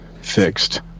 fixed